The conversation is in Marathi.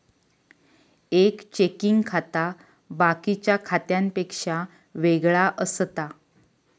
एक चेकिंग खाता बाकिच्या खात्यांपेक्षा वेगळा असता